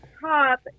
top